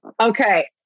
Okay